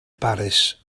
baris